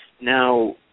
Now